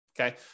Okay